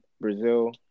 Brazil